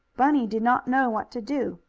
bunny did not know what to do.